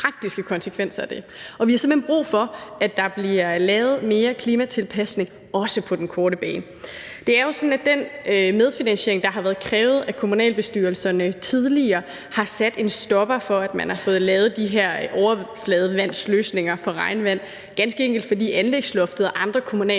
hen brug for, at der bliver lavet mere klimatilpasning, også på den korte bane. Det er jo sådan, at den medfinansiering, der har været krævet af kommunalbestyrelserne tidligere, har sat en stopper for, at man har fået lavet de her overfladevandsløsninger for regnvand, ganske enkelt fordi anlægsloftet og andre kommunale